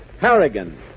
Harrigan